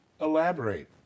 Elaborate